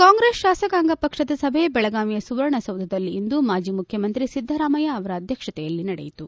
ಕಾಂಗ್ರೆಸ್ ಶಾಸಕಾಂಗ ಪಕ್ಷದ ಸಭೆ ಬೆಳಗಾವಿಯ ಸುವರ್ಣ ಸೌಧದಲ್ಲಿಂದು ಮಾಜಿ ಮುಖ್ಯಮಂತ್ರಿ ಸಿದ್ದರಾಮಯ್ಯ ಅವರ ಅಧ್ಯಕ್ಷತೆಯಲ್ಲಿ ನಡೆಯಿತು